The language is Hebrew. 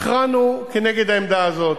הכרענו כנגד העמדה הזאת.